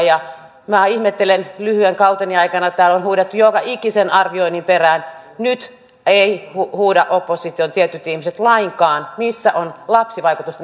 ja minä ihmettelen kun lyhyen kauteni aikana täällä on huudettu joka ikisen arvioinnin perään ja nyt eivät huuda opposition tietyt ihmiset lainkaan missä on lapsivaikutusten arviointi